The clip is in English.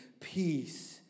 peace